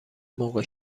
موقع